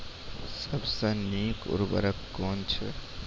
सबसे नीक उर्वरक कून अछि?